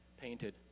painted